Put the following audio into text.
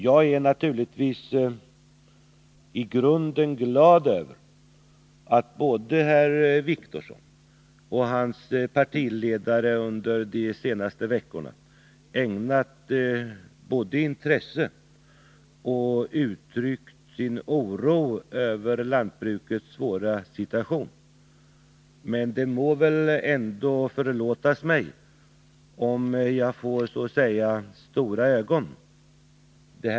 Jag är naturligtvis i grunden glad över att både herr Wictorsson och hans partiledare under de senaste veckorna ägnat intresse åt och uttryckt sin oro över lantbrukets svåra situation. Det må väl ändå förlåtas mig om jag gör Nr 80 stora ögon. Man är litet ovan vid detta.